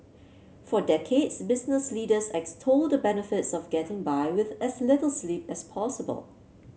for decades business leaders extolled the benefits of getting by with as little sleep as possible